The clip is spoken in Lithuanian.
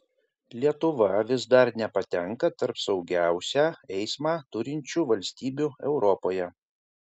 lietuva vis dar nepatenka tarp saugiausią eismą turinčių valstybių europoje